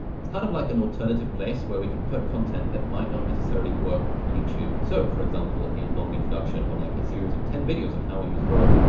it's kind of like an alternative place where we can put content that might not necessarily work on youtube. so for example, a long introduction or like a series of ten videos on how i use roam.